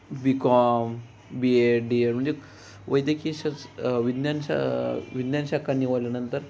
बी Com B Ed D Ed म्हणजे वैद्यकीयशाच विज्ञानशा विज्ञानशाखा निवडल्यानंतर